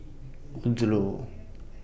Odlo